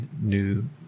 new